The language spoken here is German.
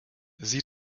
sie